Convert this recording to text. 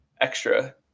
extra